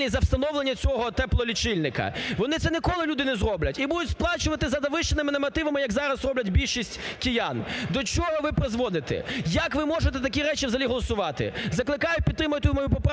за встановлення цього теплолічильника. Вони це ніколи, люди, не зроблять і будуть сплачувати за завищеними нормативами, як зараз роблять більшість киян. До чого ви призводите? Як ви можете такі речі взагалі голосувати? Закликаю підтримати мою поправку